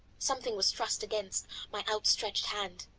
something was thrust against my outstretched hand.